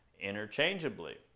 interchangeably